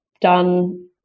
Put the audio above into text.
done